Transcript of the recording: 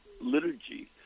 liturgy